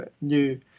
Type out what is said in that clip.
new